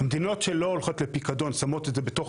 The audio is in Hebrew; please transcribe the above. המדינות שלא הולכות לפיקדון שמות את זה בתוך,